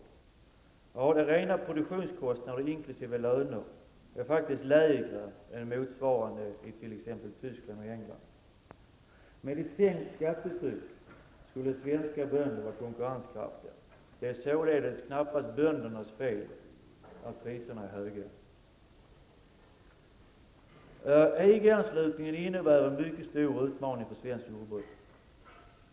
Ja, de rena produktionskostnaderna inkl. löner, är faktiskt lägre än än motsvarande i t.ex. Tyskland och England. Med ett sänkt skattetryck skulle svenska bönder vara konkurrenskraftiga. Det är således knappast böndernas fel att priserna är höga. EG-anslutningen innebär en mycket stor utmaning för svenskt jordbruk.